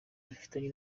ifitanye